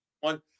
one